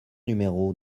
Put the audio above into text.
numéro